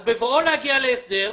אז בבואו להגיע להסדר,